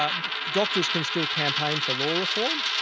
um doctors can still campaign for law reform.